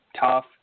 tough